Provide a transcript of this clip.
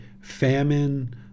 famine